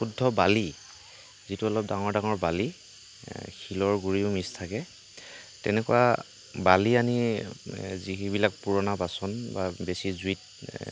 শুদ্ধ বালি যিটো অলপ ডাঙৰ ডাঙৰ বালি শিলৰ গুড়িও মিক্স থাকে তেনেকুৱা বালি আনি যিবিলাক পুৰণা বাচন বা বেছি জুইত